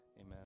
amen